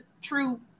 true